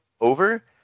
over